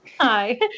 Hi